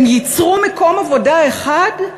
הם ייצרו מקום עבודה אחד?